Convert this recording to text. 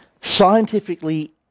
scientifically